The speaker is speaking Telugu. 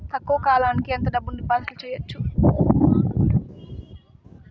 తక్కువ కాలానికి ఎంత డబ్బును డిపాజిట్లు చేయొచ్చు?